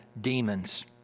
demons